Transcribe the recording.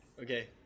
Okay